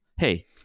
Hey